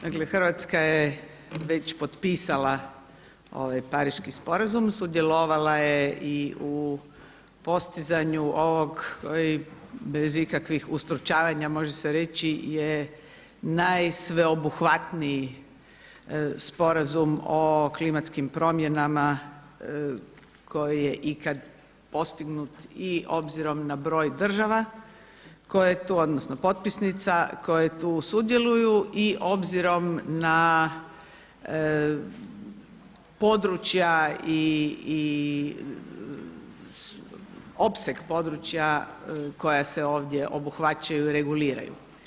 Dakle Hrvatska je već potpisala Pariški sporazum, sudjelovala je i u postizanju ovog koji, bez ikakvih ustručavanja može se reći, je najsveobuhvatniji sporazum o klimatskim promjenama koji je ikad postignut i obzirom na broj države koje tu, odnosno potpisnica, koje tu sudjeluju i obzirom na područja i opseg područja koja se ovdje obuhvaćaju i reguliraju.